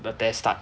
the test start